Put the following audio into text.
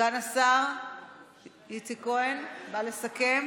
סגן השר איציק כהן, אתה בא לסכם?